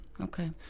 Okay